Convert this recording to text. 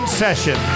session